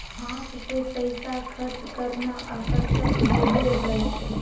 हाथ से पैसा खर्च करना आकर्षक होबो हइ